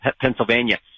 Pennsylvania